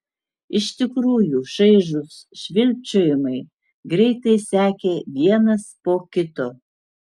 iš tikrųjų šaižūs švilpčiojimai greitai sekė vienas po kito